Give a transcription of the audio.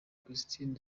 christine